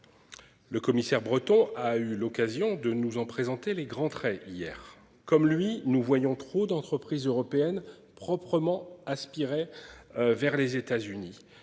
Le commissaire breton a eu l'occasion de nous en présenter les grands traits hier comme lui nous voyons trop d'entreprises européennes proprement aspiré. Vers les États-Unis.